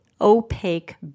opaque